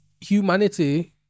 humanity